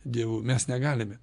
dievu mes negalime